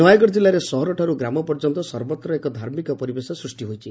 ନୟାଗଡ଼ ଜିଲାରେ ସହର ଠାରୁ ଗ୍ରାମ ପର୍ଯ୍ୟନ୍ତ ସର୍ବତ୍ର ଏକ ଧାର୍ମିକ ପରିବେଶ ସୃଷ୍ ହୋଇଛି